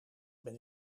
ben